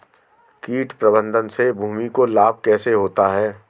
कीट प्रबंधन से भूमि को लाभ कैसे होता है?